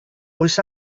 oes